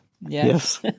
Yes